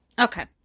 Okay